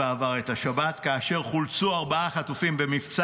את השבת כאשר חולצו ארבעה חטופים במבצע